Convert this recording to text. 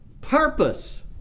purpose